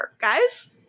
guys